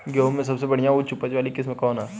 गेहूं में सबसे बढ़िया उच्च उपज वाली किस्म कौन ह?